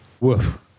Woof